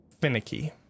finicky